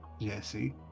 Jesse